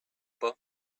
pas